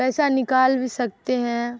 پیسہ نکال بھی سکتے ہیں